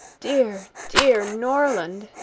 dear, dear norland!